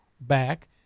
back